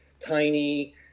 tiny